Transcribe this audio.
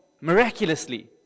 Miraculously